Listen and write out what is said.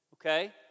okay